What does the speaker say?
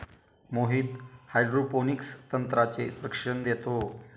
Mohit hydroponics तंत्राचे प्रशिक्षण देतो